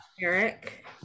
Eric